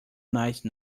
nice